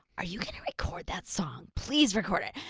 are you record that song? please record it,